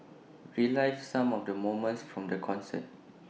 relives some of the moments from the concert